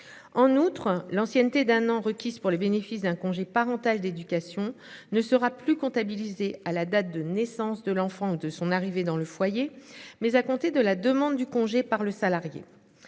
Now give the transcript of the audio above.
en outre l'ancienneté d'un an requises pour le bénéfice d'un congé parental d'éducation ne sera plus comptabilisée à la date de naissance de l'enfant de son arrivée dans le foyer. Mais à compter de la demande du congé par le salarié.